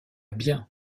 bien